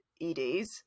eds